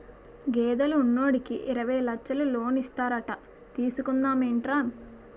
గేదెలు ఉన్నోడికి యిరవై లచ్చలు లోనిస్తారట తీసుకుందా మేట్రా